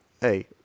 Hey